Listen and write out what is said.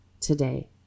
today